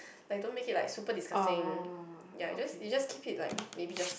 like don't make it like super disgusting ya you just you just keep it like maybe just